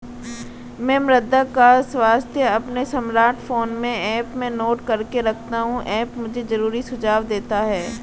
मैं मृदा का स्वास्थ्य अपने स्मार्टफोन में ऐप में नोट करके रखता हूं ऐप मुझे जरूरी सुझाव देता है